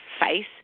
face